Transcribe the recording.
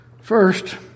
First